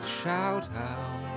shout-out